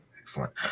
Excellent